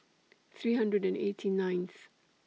three hundred and eighty ninth